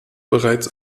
bereits